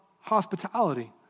hospitality